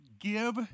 give